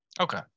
Okay